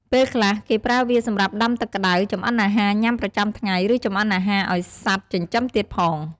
ពេលខ្លះ គេប្រើវាសម្រាប់ដាំទឹកក្តៅ ចម្អិនអាហារញ៊ាំប្រចាំថ្ងៃ ឬចម្អិនអាហារឲ្យសត្វចិញ្ចឹមទៀតផង។